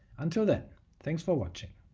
until then thanks for watching!